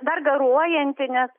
dar garuojanti nes